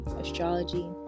astrology